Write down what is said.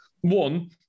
One